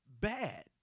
bad